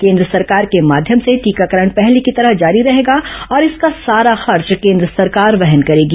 केंद्र सरकार के माध्यम से टीकाकरण पहले की तरह जारी रहेगा और इसका सारा खर्च केंद्र सरकार वहन करेगी